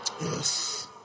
Yes